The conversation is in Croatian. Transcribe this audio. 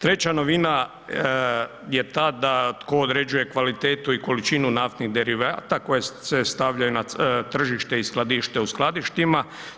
Treća novina je ta da tko određuje kvalitetu i količinu naftnih derivata koje se stavljaju na tržište i skladište u skladištima.